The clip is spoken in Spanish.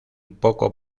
poco